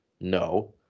No